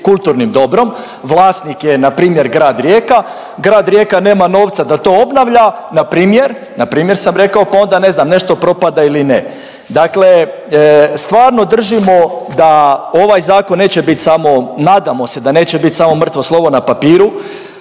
kulturnim dobrom, vlasnik je npr. grad Rijeka, grad Rijeka nema novca da to obnavlja npr., npr. sam rekao, pa onda ne znam nešto propada ili ne, dakle stvarno držimo da ovaj zakon neće bit samo, nadam se da neće bit samo mrtvo slovo na papiru.